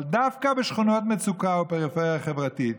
אבל דווקא בשכונות מצוקה או בפריפריה חברתית,